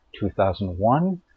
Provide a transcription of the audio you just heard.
2001